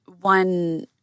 One